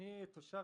תושב